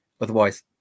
Otherwise